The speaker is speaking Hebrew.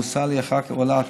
והוא עלה כאן,